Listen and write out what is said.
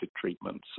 treatments